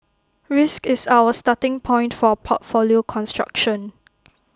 risk is our starting point for portfolio construction